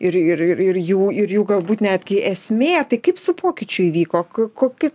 ir ir ir jų ir jų galbūt netgi esmė tai kaip su pokyčiu įvyko koki